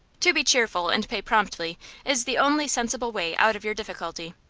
to be cheerful and pay promptly is the only sensible way out of your difficulty.